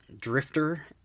drifter